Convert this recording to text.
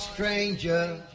Stranger